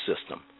system